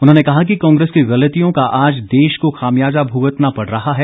उन्होंने कहा कि कांग्रेस की गलतियों का आज देश को खामियाजा भुगतना पड़ रहा है